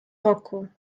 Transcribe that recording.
rocco